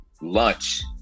lunch